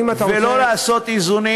ולא לעשות איזונים.